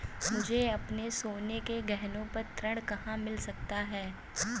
मुझे अपने सोने के गहनों पर ऋण कहाँ मिल सकता है?